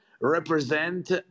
represent